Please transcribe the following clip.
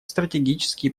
стратегические